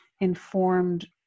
informed